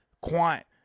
Quant